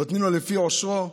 נותנים לו לפי עושרו.